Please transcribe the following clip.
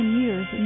years